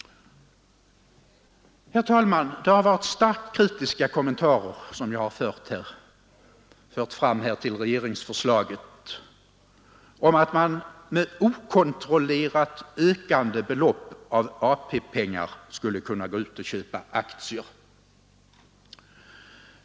Herr talman! Jag har fört fram starkt kritiska kommentarer till regeringsförslaget om att man med ett okontrollerat ökande belopp av AP-pengar skulle kunna gå ut och köpa aktier.